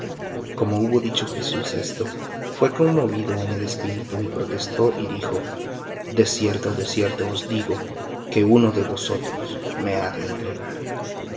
como hubo dicho jesús esto fué conmovido en el espíritu y protestó y dijo de cierto de cierto os digo que uno de vosotros me